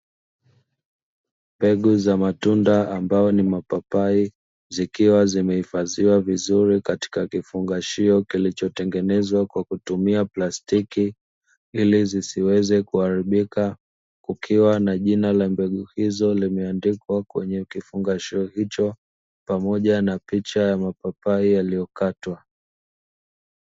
Mbegu za matunda ambayo ni mapapai zikiwa zimehifadhiwa vizuri katika kifungashio kilichotengenezwa kwa kutumia plastiki ilizisiweze kuharibika, kukiwa na jina la mbegu hizo limeandikwa kwenye kifungashio hicho pamoja na picha ya mapapai yaliyokatwa.